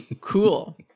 Cool